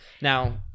Now